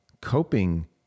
coping